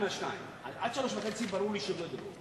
עד 15:30 ברור לי שלא יסיימו,